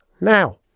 now